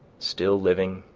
still living,